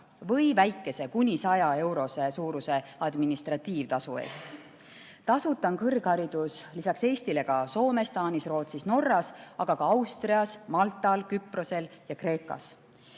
või väikese, kuni 100 euro suuruse administratiivtasu eest. Tasuta on kõrgharidus lisaks Eestile ka Soomes, Taanis, Rootsis, Norras, samuti Austrias, Maltal, Küprosel ja Kreekas.